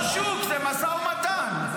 זה לא שוק, זה משא ומתן.